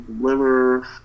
liver